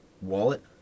wallet